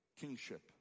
kingship